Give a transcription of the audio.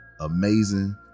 amazing